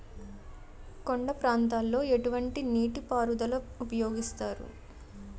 కొండ ప్రాంతాల్లో ఎటువంటి నీటి పారుదల ఉపయోగిస్తారు?